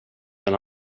men